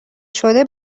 شده